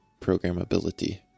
programmability